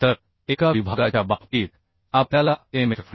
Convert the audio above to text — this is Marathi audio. तर एका विभागाच्या बाबतीत आपल्याला Mfd